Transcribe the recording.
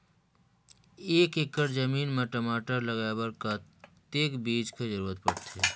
एक एकड़ जमीन म टमाटर लगाय बर कतेक बीजा कर जरूरत पड़थे?